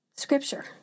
scripture